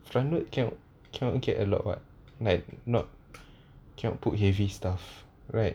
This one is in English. front load cannot get a lot [what] like not cannot put heavy stuff right